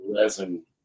resin